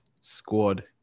squad